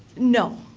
no.